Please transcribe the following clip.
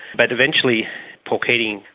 but eventually paul keating,